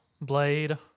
Blade